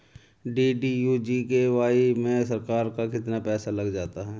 DDU GKY में सरकार का कितना पैसा लग जाता है?